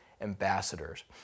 ambassadors